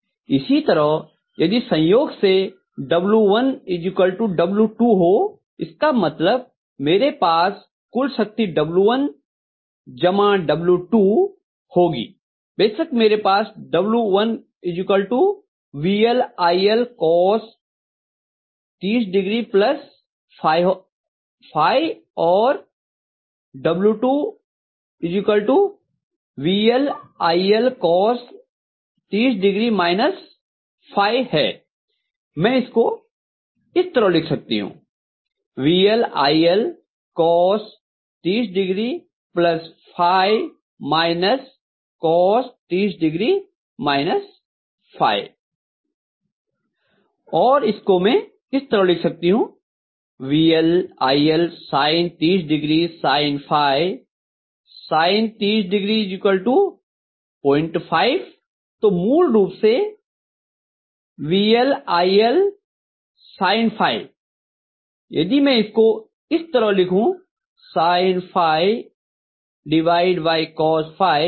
इसी तरह यदि संयोग से W1 W2 हो इसका मतलब मेरे पास वास्तव में कुल शक्ति W1 जमा W2 होगी बेशक मेरे पास W1 VLILCOS 30ο और W2 VLIL COS 30ο है मैं इसको इस तरह लिख सकती हूँ VLILCOS 30ο cos 30ο और इसको मैं इस तरह लिख सकती हूँ VLIL sin 30o sin sin 30 05 तो मूल रूप से VLIL sin यदि मैं इसको इस तरह लिखूं sin cos tan